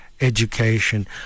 education